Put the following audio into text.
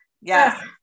yes